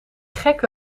gekke